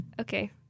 okay